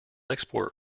export